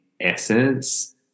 essence